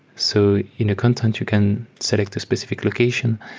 so in a content, you can select a specific location.